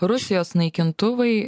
rusijos naikintuvai